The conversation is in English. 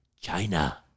China